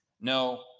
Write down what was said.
No